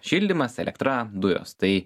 šildymas elektra dujos tai